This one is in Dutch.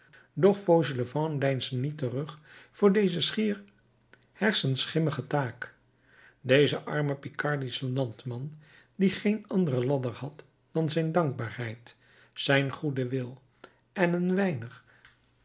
doch fauchelevent deinsde niet terug voor deze schier hersenschimmige taak deze arme picardische landman die geen andere ladder had dan zijn dankbaarheid zijn goeden wil en een weinig